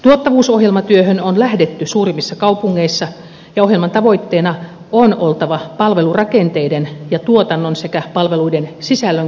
tuottavuusohjelmatyöhön on lähdetty suurimmissa kaupungeissa ja ohjelman tavoitteena on oltava palvelurakenteiden ja tuotannon sekä palveluiden sisällön kehittäminen